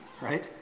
right